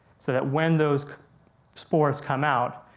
so that when those spores come out,